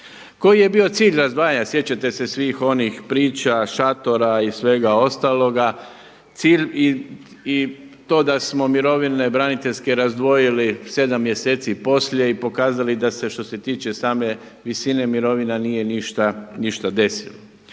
Koji je bio cilj … sjećate se svih onih priča, šatora i svega ostaloga, cilj i to da smo mirovine braniteljske razdvojili 7 mjeseci poslije i pokazali da se što se tiče same visine mirovina nije ništa desilo.